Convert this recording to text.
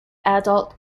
adult